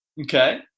Okay